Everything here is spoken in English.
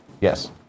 Yes